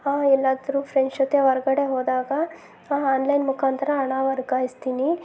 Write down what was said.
ಎಲ್ಲಾದ್ರೂ ಫ್ರೆಂಡ್ಸ್ ಜೊತೆ ಹೊರ್ಗಡೆ ಹೋದಾಗ ಆನ್ಲೈನ್ ಮುಖಾಂತರ ಹಣ ವರ್ಗಾಯಿಸ್ತೀನಿ